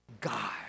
God